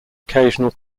occasional